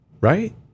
Right